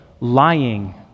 lying